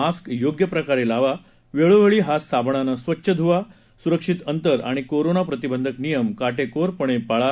mask योग्य प्रकारे लावा वेळोवेळी हात सावणानं स्वच्छ धुवा सुरक्षित अंतर आणि कोरोना प्रतिबंधक नियम काटेकोरपणे पाळा